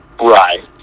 Right